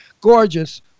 gorgeous